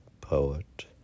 poet